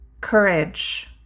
courage